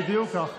בדיוק כך.